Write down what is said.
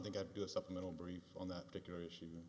think i'd do a supplemental brief on that particular issue